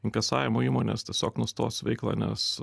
inkasavimo įmonės tiesiog nustos veikla nes